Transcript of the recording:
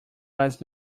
was